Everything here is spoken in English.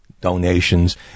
donations